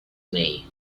knee